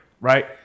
right